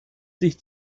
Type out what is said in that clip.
sich